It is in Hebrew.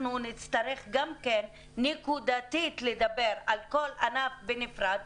שנצטרך גם כן נקודתית לדבר על כל ענף בנפרד,